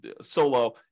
solo